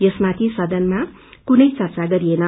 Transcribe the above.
यसमाथि सदनमा कुनै चर्चा गरिएन